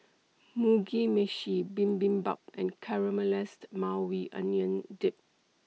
Mugi Meshi Bibimbap and Caramelized Maui Onion Dip